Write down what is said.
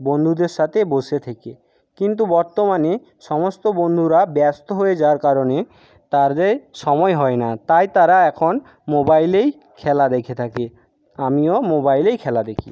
বন্ধুদের সাথে বসে থেকে কিন্তু বর্তমানে সমস্ত বন্ধুরা ব্যস্ত হয়ে যাওয়ার কারণে তাদের সময় হয় না তাই তারা এখন মোবাইলেই খেলা দেখে থাকে আমিও মোবাইলেই খেলা দেখি